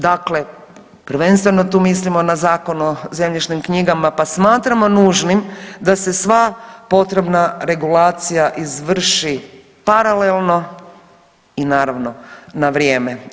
Dakle, prvenstveno tu mislimo na Zakon o zemljišnim knjigama pa smatramo nužnim da se sva potrebna regulacija izvrši paralelno i naravno na vrijeme.